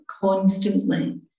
constantly